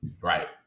Right